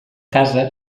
casa